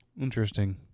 Interesting